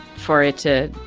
for it to.